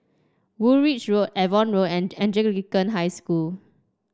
Woolwich Road Avon Road and Anglican High School